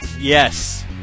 Yes